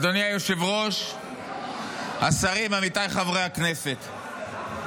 אדוני היושב-ראש, השרים, עמיתיי חברי הכנסת,